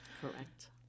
Correct